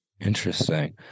Interesting